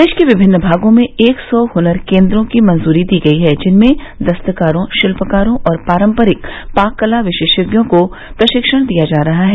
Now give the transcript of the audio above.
देश के विभिन्न भागों में एक सौ हुनर केन्द्रों की मंजूरी दी गयी है जिनमें दस्तकारों शिल्यकारों और पारंपरिक पाककला विशेषज्ञों को प्रशिक्षण दिया जा रहा है